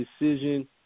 decision